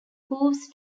hooves